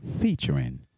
featuring